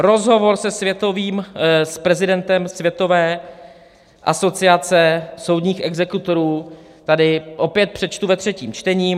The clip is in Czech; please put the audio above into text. Rozhovor s prezidentem světové asociace soudních exekutorů tady opět přečtu ve třetím čtení.